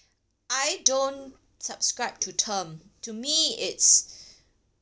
I don't subscribe to term to me it's